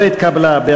לא התקבלה.